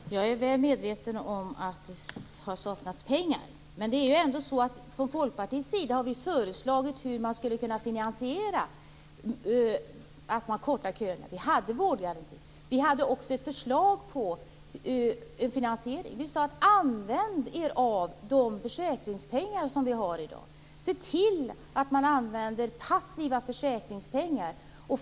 Fru talman! Jag är väl medveten om att det har saknats pengar. Vi från Folkpartiet har föreslagit hur man skulle kunna finansiera en förkortning av köerna. Vi sade: Använd er av de försäkringspengar som finns i dag! Se till att använda passiva försäkringspengar!